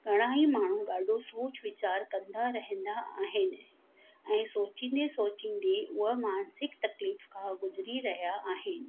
घणा ई माण्हू ॾाढो सोच वीचार कंदा रहंदा आहिनि ऐं सोचींदे सोचींदे उहा मानसिक तकलीफ़ खां गुज़री रहिया आहिनि